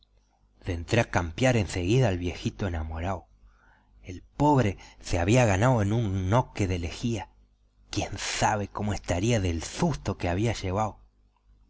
campiar en seguida al viejito enamoraoel pobre se había ganao en un noque de lejía quién sabe cómo estaría del susto que había llevao